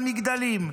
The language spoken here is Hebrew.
על מגדלים,